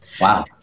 Wow